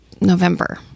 November